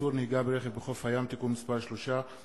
איסור נהיגה ברכב בחוף הים (תיקון מס' 3),